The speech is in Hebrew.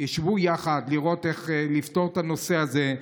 ישבו יחד לראות איך לפתור את הנושא הזה.